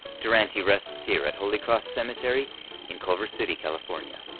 durante rests here at holy cross cemetery in culver city california.